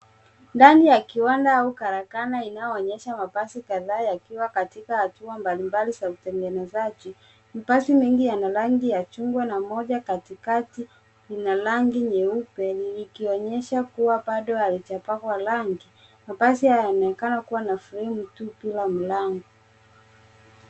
Ndani ya kiwanda au karakana inayoonyesha mabasi kadhaa yakiwa katika hatua mbalimbali za utengenezaji. Mabasi mengi yana rangi ya chungwa na moja katikati ina rangi nyeupe ikionyesha kuwa bado haijapakwa rangi. Mabasi haya yanaonekana kuwa na fremu tupu bila mlango.